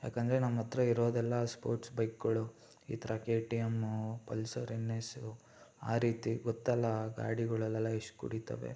ಯಾಕೆಂದ್ರೆ ನಮ್ಮತ್ರ ಇರೋದೆಲ್ಲ ಸ್ಪೋರ್ಟ್ಸ್ ಬೈಕ್ಗಳು ಈ ಥರ K T M Pulsar N S ಆ ರೀತಿ ಗೊತ್ತಲ್ಲ ಆ ಗಾಡಿಗಳೆಲ್ಲ ಎಷ್ಟು ಕುಡಿತವೆ